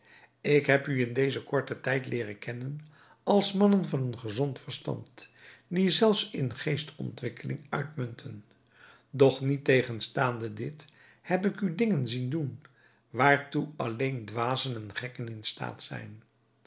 ik heb u in dezen korten tijd leeren kennen als mannen van een gezond verstand die zelfs in geestontwikkeling uitmunten doch niettegenstaande dit heb ik u dingen zien doen waartoe alleen dwazen en gekken in staat zijn